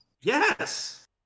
Yes